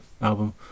album